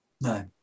No